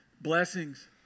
blessings